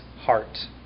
heart